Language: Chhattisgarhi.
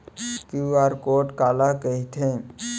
क्यू.आर कोड काला कहिथे?